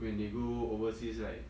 when they go overseas right